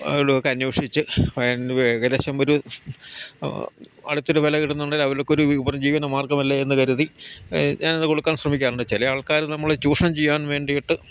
അ്വ്ടൊക്കെ അന്വേഷിച്ച് ഏകദേശം ഒരു അടുത്തൊരു വില കിടുന്നുണ്ടങ്കിൽ അവർക്കൊരു ഉപജീവന മാർഗമല്ലേ എന്ന് കരുതി ഞാൻ അത് കൊടുക്കാൻ ശ്രമിക്കാറുണ്ട് ചില ആൾക്കാർ നമ്മൾ ചൂഷണം ചെയ്യാൻ വേണ്ടിയിട്ട്